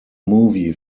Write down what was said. movie